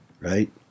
right